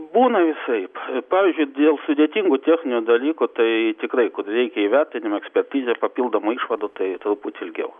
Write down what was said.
būna visaip pavyzdžiui dėl sudėtingų techninių dalykų tai tikrai kur reikia įvertinimo ekspertizės papildomų išvadų tai truputį ilgiau